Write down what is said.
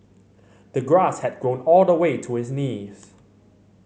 the grass had grown all the way to his knees